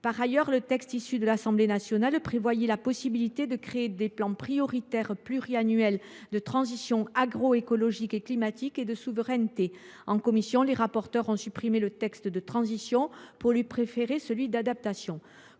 Par ailleurs, le texte issu de l’Assemblée nationale prévoyait la possibilité de créer « des plans prioritaires pluriannuels de transition agroécologique et climatique et de souveraineté ». En commission, les rapporteurs ont remplacé le terme de « transition » par celui d’« adaptation